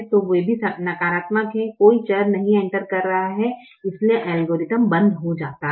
तो वे सभी नकारात्मक हैं कोई चर नहीं एंटर कर रहा है इसलिए एल्गोरिथ्म बंद हो जाता है